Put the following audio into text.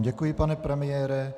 Děkuji vám, pane premiére.